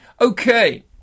Okay